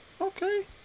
okay